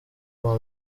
kwa